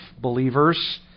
believers